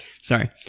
Sorry